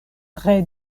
tre